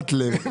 גיא,